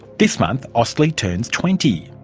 this month, austlii turns twenty.